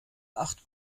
acht